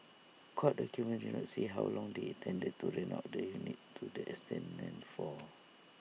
court documents did not say how long they intended to rent out the units to the tenants for